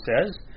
says